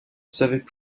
savaient